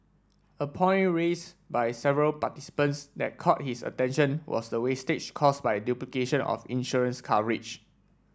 a point raise by several participants that caught his attention was the wastage caused by duplication of insurance coverage